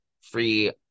free